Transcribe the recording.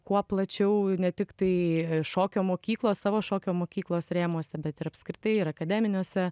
kuo plačiau ne tiktai šokio mokyklos savo šokio mokyklos rėmuose bet ir apskritai ir akademiniuose